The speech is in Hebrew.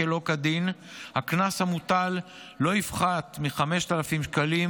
כדין הקנס המוטל לא יפחת מ-5,000 שקלים,